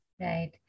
Right